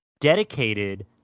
Dedicated